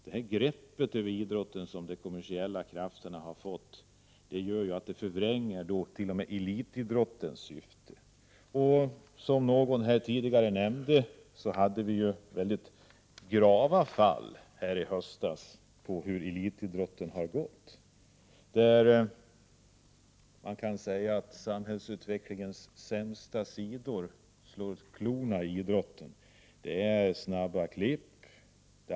Det här greppet som de kommersiella krafterna har fått förvränger t.o.m. syftet med elitidrotten. Vi hade i höstas mycket allvarliga exempel, som någon tidigare nämnde här, på vad som skett med elitidrotten. Samhällsutvecklingens sämsta sidor slår klorna i idrotten.